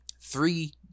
Three